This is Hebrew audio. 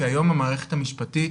כי היום המערכת המשפטית